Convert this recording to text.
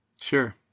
Sure